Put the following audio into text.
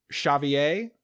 Xavier